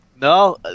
No